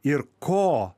ir ko